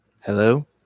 Hello